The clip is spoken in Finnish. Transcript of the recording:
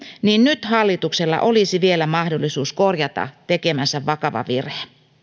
niin nyt hallituksella olisi vielä mahdollisuus korjata tekemänsä vakava virhe